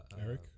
Eric